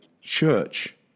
church